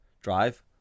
drive